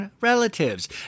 relatives